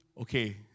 okay